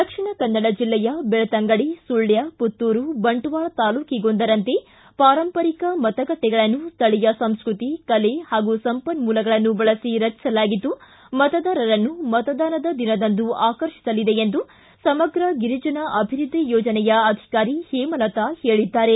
ದಕ್ಷಿಣ ಕನ್ನಡ ಜಿಲ್ಲೆಯ ಬೆಕ್ತಂಗಡಿ ಸುಳ್ಳ ಪುತ್ತೂರು ಬಂಟ್ವಾಳ ತಾಲೂಕಿಗೊಂದರಂತೆ ಪಾರಂಪರಿಕ ಮತಗಟ್ಟೆಗಳನ್ನು ಸ್ವಳೀಯ ಸಂಸ್ಕತಿ ಕಲೆ ಹಾಗೂ ಸಂಪನ್ನೂಲಗಳನ್ನು ಬಳಸಿ ರಚಿಸಲಾಗಿದ್ದು ಮತದಾರರನ್ನು ಮತದಾನದ ದಿನದಂದು ಆಕರ್ಷಿಸಲಿದೆ ಎಂದು ಸಮಗ್ರ ಗಿರಿಜನ ಅಭಿವೃದ್ಧಿ ಯೋಜನೆಯ ಅಧಿಕಾರಿ ಹೇಮಲತಾ ಹೇಳಿದ್ದಾರೆ